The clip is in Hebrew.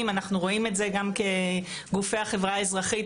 אנחנו רואים את זה גם כגופי החברה האזרחית,